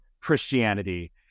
Christianity